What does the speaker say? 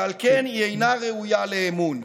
ועל כן היא אינה ראויה לאמון.